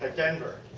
ah denver.